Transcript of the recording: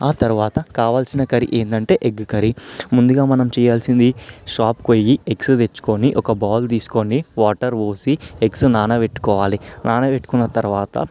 ఆ తరువాత కావాల్సిన కర్రీ ఏంటంటే ఎగ్ కర్రీ ముందుగా మనం చేయాల్సింది షాప్కు పోయి ఎగ్స్ తెచ్చుకొని ఒక బౌల్ తీసుకొని వాటర్ పోసి ఎగ్స్ నానబెట్టుకోవాలి నానబెట్టుకున్న తరువాత